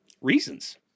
reasons